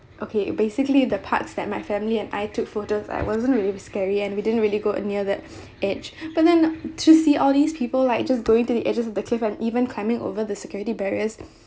okay basically the parts that my family and I took photos I wasn't really scary and we didn't really go near that edge but then to see all these people like just going to the edges of the cliff and even climbing over the security barriers